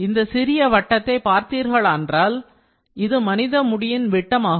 இந்த சிறிய வட்டத்தை பார்த்தீர்களென்றால் இது மனித முடியின் விட்டமாகும்